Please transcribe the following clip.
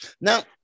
now